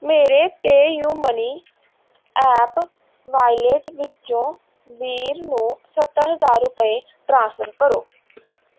ਮੇਰੇ PayUmoney app wallet ਵਿੱਚੋਂ ਵੀਰ ਨੂੰ ਸੱਤਰ ਹਜ਼ਾਰ ਰੁਪਏ ਟ੍ਰਾਂਸਫਰ ਕਰੋ